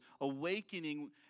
awakening